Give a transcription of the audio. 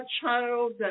child